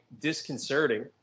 disconcerting